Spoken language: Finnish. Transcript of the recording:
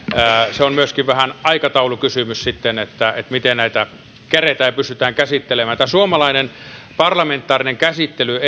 se on myöskin vähän aikataulukysymys sitten miten näitä keretään ja pystytään käsittelemään tämä suomalainen eu kysymyksien parlamentaarinen käsittely